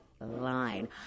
Line